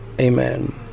amen